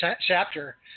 chapter